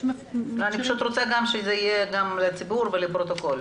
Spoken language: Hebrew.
אני פשוט רוצה שזה יהיה גם לציבור ולפרוטוקול.